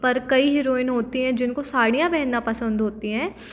पर कई हीरोइन होती है जिनको सड़ियाँ पहनना पसंद होती हैं